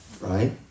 right